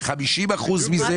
ב-50 אחוזים מזה.